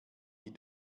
die